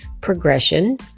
progression